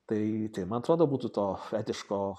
tai tai man atrodo būtų to etiško